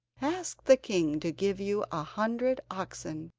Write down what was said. ask the king to give you a hundred oxen,